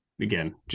again